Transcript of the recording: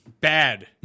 Bad